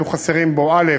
היו חסרים בו: א.